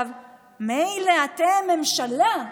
מילא אתם, ממשלה,